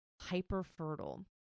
hyper-fertile